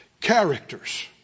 characters